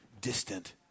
distant